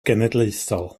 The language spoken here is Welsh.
genedlaethol